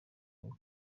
week